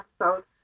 episode